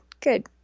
good